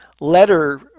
letter